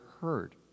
heard